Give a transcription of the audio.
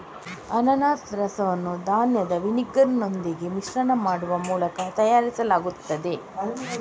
ಅನಾನಸ್ ರಸವನ್ನು ಧಾನ್ಯದ ವಿನೆಗರಿನೊಂದಿಗೆ ಮಿಶ್ರಣ ಮಾಡುವ ಮೂಲಕ ತಯಾರಿಸಲಾಗುತ್ತದೆ